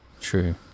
True